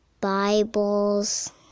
Bibles